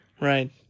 Right